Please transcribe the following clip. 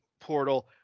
portal